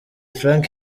frank